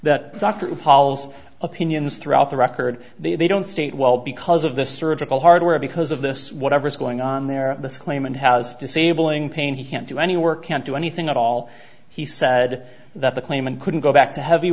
that dr paul's opinions throughout the record they don't state well because of the surgical hardware because of this whatever's going on there this claimant has disabling pain he can't do any work can't do anything at all he said that the claimant couldn't go back to heavy